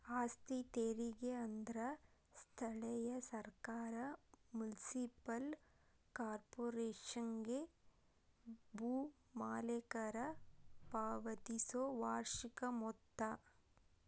ಆಸ್ತಿ ತೆರಿಗೆ ಅಂದ್ರ ಸ್ಥಳೇಯ ಸರ್ಕಾರ ಮುನ್ಸಿಪಲ್ ಕಾರ್ಪೊರೇಶನ್ಗೆ ಭೂ ಮಾಲೇಕರ ಪಾವತಿಸೊ ವಾರ್ಷಿಕ ಮೊತ್ತ